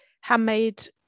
handmade